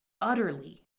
utterly